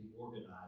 organized